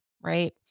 Right